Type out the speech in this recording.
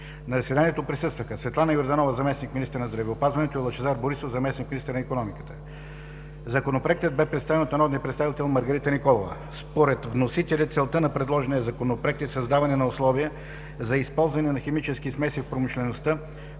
заседанието присъстваха: Светлана Йорданова – заместник-министър на здравеопазването, и Лъчезар Борисов – заместник-министър на икономиката. Законопроектът бе представен от народния представител Маргарита Николова. Според вносителя целта на предложения Законопроект е създаване на условия за използване на химически смеси в промишлеността,